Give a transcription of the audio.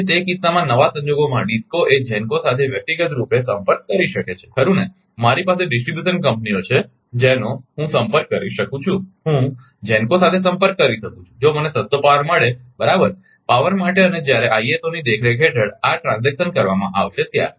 તેથી તે કિસ્સામાં નવા સંજોગોમાં ડિસ્કો એ જેન્કો સાથે વ્યક્તિગત રૂપે સંપર્ક કરી શકે છે ખરુ ને મારી પાસે ડિસ્ટ્રીબ્યુશન કંપનીઓ છે જેનો હું સંપર્ક કરી શકું છું હું GENCO સાથે સંપર્ક કરી શકું છું કે જો મને સસ્તો પાવર મળે બરાબર પાવર માટે અને જ્યારે આઇએસઓ ની દેખરેખ હેઠળ આ વ્યવહાર કરવામાં આવશે ત્યારે